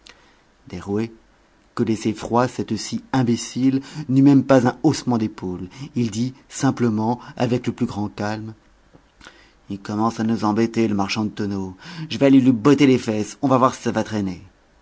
derouet que laissait froid cette scie imbécile n'eut même pas un haussement d'épaule il dit simplement avec le plus grand calme il commence à nous embêter le marchand de tonneaux je vais aller lui botter les fesses on va voir si ça va traîner